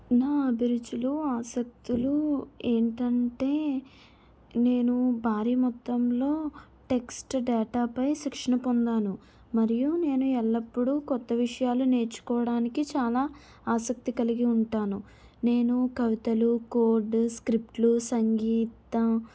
నా అభిరుచులు ఆసక్తులు ఏంటంటే నేను భారీ మొత్తంలో టెక్స్ట్ డేటా పై శిక్షణ పొందాను మరియు నేను ఎల్లప్పుడు కొత్త విషయాలు నేర్చుకోవడానికి చాలా ఆసక్తి కలిగి ఉంటాను నేను కవితలు కోడ్ స్క్రిప్టులు సంగీతం